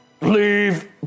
leave